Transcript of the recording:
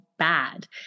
bad